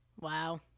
Wow